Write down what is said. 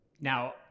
Now